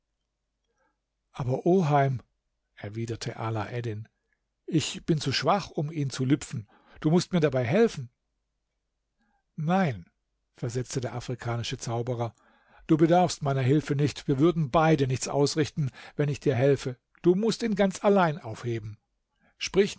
aber oheim erwiderte alaeddin ich bin zu schwach um ihn zu lüpfen du muß mir dabei helfen nein versetzte der afrikanische zauberer du bedarfst meiner hilfe nicht und wir würden beide nichts ausrichten wenn ich dir helfe du mußt ihn ganz allein aufheben sprich